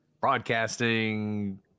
broadcasting